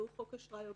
והוא חוק אשראי הוגן,